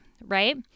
right